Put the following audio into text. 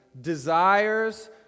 desires